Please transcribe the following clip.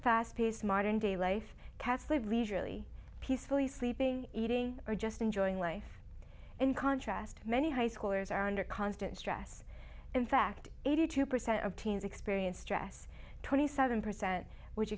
fast paced modern day life cats live leisure really peacefully sleeping eating or just enjoying life in contrast many high schoolers are under constant stress in fact eighty two percent of teens experience stress twenty seven percent which